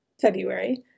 February